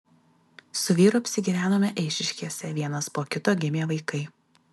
su vyru apsigyvenome eišiškėse vienas po kito gimė vaikai